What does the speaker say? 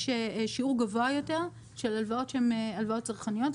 שיעור גבוה יותר של הלוואות שהן הלוואות צרכניות,